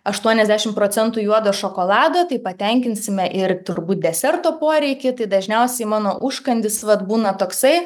aštuoniasdešimt procentų juodo šokolado tai patenkinsime ir turbūt deserto poreikį tai dažniausiai mano užkandis vat būna toksai